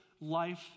life